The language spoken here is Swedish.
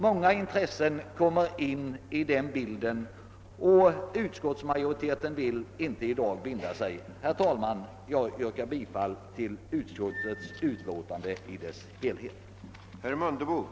Många intressen kommer in i bilden, och utskottsmajoriteten vill inte i dag binda sig. Herr talman! Jag yrkar bifall till utskottets hemställan på alla punkter.